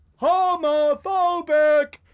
homophobic